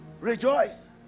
Rejoice